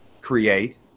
create